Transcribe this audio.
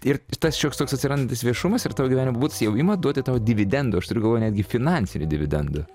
ir tas šioks toks atsirandantis viešumas ir tavo gyvenimo būdas jau ima duoti tau dividendų aš turiu galvoje netgi finansinį dividendą